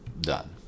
done